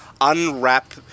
unwrap